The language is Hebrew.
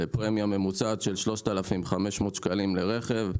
לפרמיה ממוצעת של 3,500 שקלים לרכב,